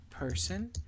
person